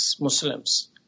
Muslims